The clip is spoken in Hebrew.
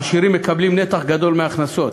העשירים מקבלים נתח גדול מההכנסות.